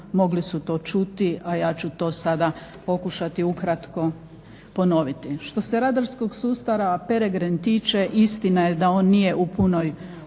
mogli su to čuti, a ja ću to sada pokušati ukratko ponoviti. Što se radarskog sustava PEREGRINE tiče istina je da on nije u punoj